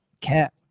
cat